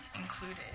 Included